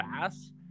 fast